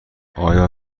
آیا